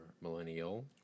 millennial